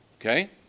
Okay